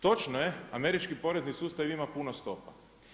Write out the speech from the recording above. Točno je, američki porezni sustav ima puno stopa.